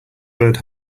bird